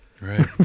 Right